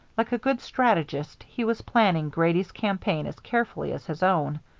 like a good strategist, he was planning grady's campaign as carefully as his own.